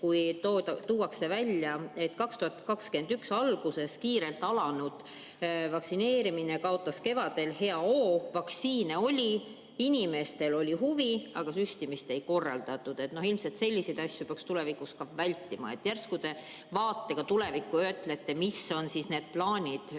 et tuuakse välja, et 2021. aasta alguses kiirelt alanud vaktsineerimine kaotas kevadel hea hoo. Vaktsiine oli, inimestel oli huvi, aga süstimist ei korraldatud. Ilmselt selliseid asju peaks tulevikus vältima. Järsku te vaatega tulevikku ütlete, mis on need sammud,